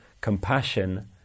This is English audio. compassion